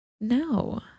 No